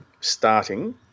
starting